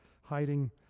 hiding